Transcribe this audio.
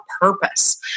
purpose